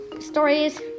stories